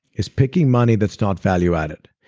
is picking money that's not value-added.